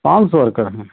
पाँच सौ वर्कर हैं